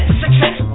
success